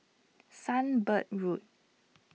Sunbird Road